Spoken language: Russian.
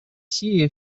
сирия